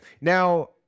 now